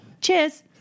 Cheers